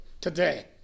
today